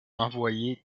envoyer